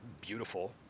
Beautiful